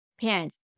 parents